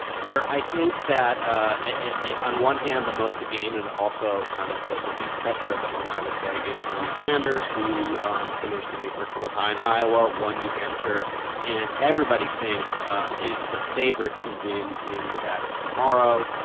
sure. i think that ah on one hand, the most to gain and also kind of the the least pressure at the moment, i would say, is bernie sanders, who finished in a virtual tie in iowa, won new hampshire and everybody thinks um is the favorite to win in nevada tomorrow.